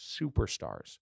superstars